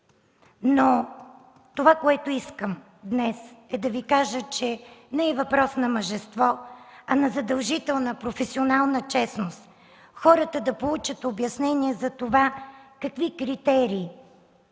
Но днес искам да Ви кажа, че не е въпрос на мъжество, а на задължителна професионална честност хората да получат обяснение за това какви критерии